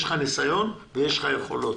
יש לך ניסיון ויש לך יכולות.